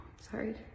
Sorry